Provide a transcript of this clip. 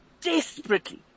desperately